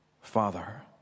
Father